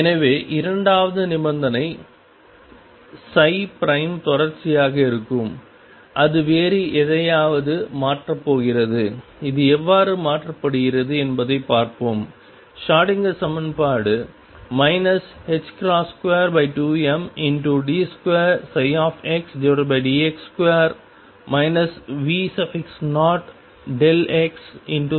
எனவே இரண்டாவது நிபந்தனை தொடர்ச்சியாக இருக்கும் அது வேறு எதையாவது மாற்றப் போகிறது அது எவ்வாறு மாற்றப்படுகிறது என்பதைப் பார்ப்போம் ஷ்ரோடிங்கர் சமன்பாடு 22md2xdx2 V0xxEψ